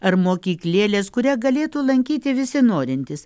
ar mokyklėlės kurią galėtų lankyti visi norintys